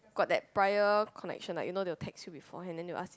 got that prior connections lah you know they will text you before and then you ask